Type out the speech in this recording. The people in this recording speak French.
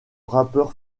rappeur